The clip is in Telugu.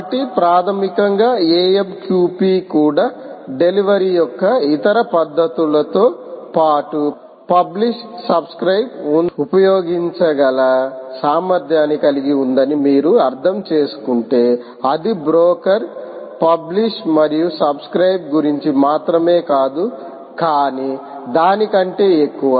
కాబట్టి ప్రాథమికంగా AMQP కూడా డెలివరీ యొక్క ఇతర పద్ధతులతో పాటు పబ్లిష్ సబ్స్క్రయిబ్ ఉపయోగించగల సామర్థ్యాన్ని కలిగి ఉందని మీరు అర్థం చేసుకుంటే అది బ్రోకర్ పబ్లిష్ మరియు సబ్స్క్రయిబ్గురించి మాత్రమే కాదు కానీ దాని కంటే ఎక్కువ